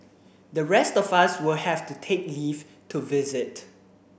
the rest of us will have to take leave to visit